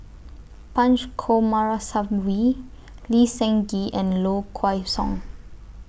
Punch Coomaraswawy Lee Seng Gee and Low Kway Song